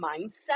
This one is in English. mindset